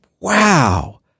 Wow